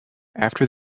after